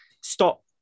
stop